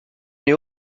n’ai